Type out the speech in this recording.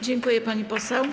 Dziękuję, pani poseł.